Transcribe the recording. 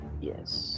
yes